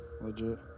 Legit